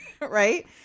Right